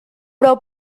però